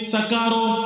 Sakaro